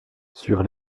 sur